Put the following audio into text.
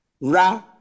Ra